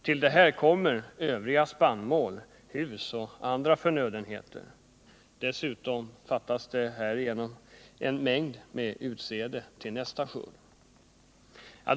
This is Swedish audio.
Till detta kommer skador på spannmål, hus och andra förnödenheter. Dessutom fattas det härigenom en mängd utsäde till nästa skörd.